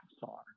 far